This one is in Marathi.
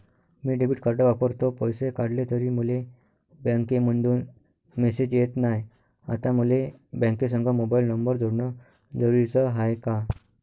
मी डेबिट कार्ड वापरतो, पैसे काढले तरी मले बँकेमंधून मेसेज येत नाय, आता मले बँकेसंग मोबाईल नंबर जोडन जरुरीच हाय का?